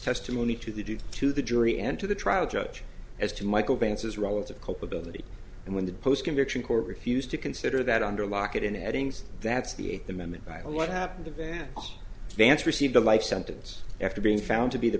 testimony to the do to the jury and to the trial judge as to michael vance's relative culpability and when the post conviction court refused to consider that under lock in eddings that's the at the moment by what happened the van vance received a life sentence after being found to be the